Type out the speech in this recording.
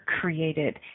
created